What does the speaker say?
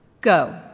Go